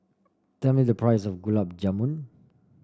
tell me the price of Gulab Jamun